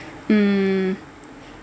mm